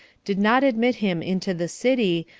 did not admit him into the city,